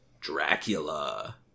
Dracula